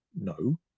no